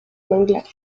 manglares